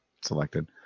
selected